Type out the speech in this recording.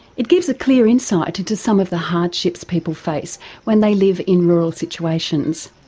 it gives a clear insight into some of the hardships people face when they live in rural situations.